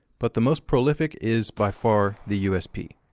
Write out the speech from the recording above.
but the most prolific is, by far, the usp.